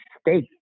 state